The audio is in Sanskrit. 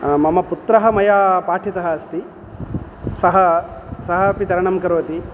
मम पुत्रः मया पाठितः अस्ति सः सः अपि तरणं करोति